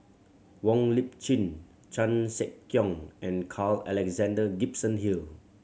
Wong Lip Chin Chan Sek Keong and Carl Alexander Gibson Hill